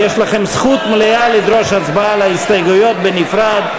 יש לכם זכות מלאה לדרוש הצבעה על ההסתייגויות בנפרד,